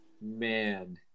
man